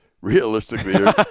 realistically